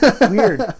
Weird